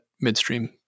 midstream